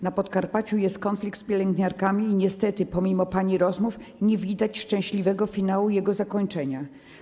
Na Podkarpaciu jest konflikt z pielęgniarkami i niestety pomimo pani rozmów nie widać szczęśliwego finału, szczęśliwego zakończenia.